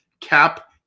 cap